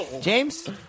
James